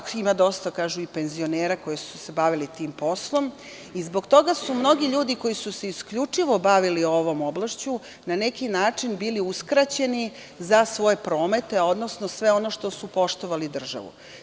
Kažu, ima dosta i penzionera koji su se bavili tim poslom, i zbog toga su mnogi ljudi koji su se isključivo bavili ovom oblašću, na neki način bili uskraćeni za svoj promete, odnosno sve ono što su poštovali državu.